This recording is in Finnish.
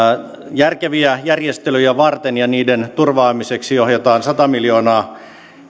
järkeviä järjestelyjä varten ja niiden turvaamiseksi ohjataan sata miljoonaa